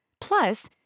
Plus